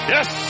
Yes